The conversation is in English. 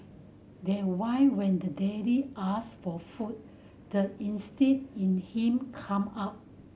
that why when the daily asked for food the instinct in him come out